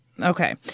Okay